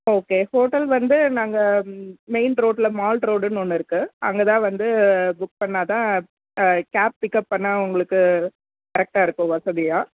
okay hotel வந்து நாங்கள் main ரோட்டில் மால் ரோடுன்னு ஒன்று இருக்கு அங்கே தான் வந்து புக் பண்ணால் தான் கேப் பிக்கப் பண்ண உங்களுக்கு கரெக்டாக இருக்கும் வசதியாக